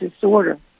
disorder